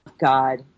God